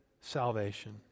salvation